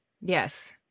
Yes